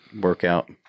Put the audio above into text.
workout